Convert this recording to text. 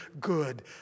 good